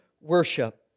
worship